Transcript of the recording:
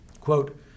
Quote